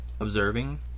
observing